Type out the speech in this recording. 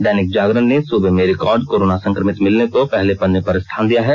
दैनिक जागरण ने सूबे में रिकार्ड कोरोना संक्रमित मिलने को पहले पन्ने पर स्थान दिया है